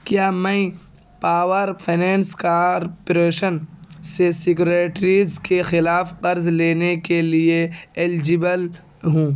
کیا میں power finance corporation سے سیکریٹریز کے خلاف قرض لینے کے لیے ایلجبل ہوں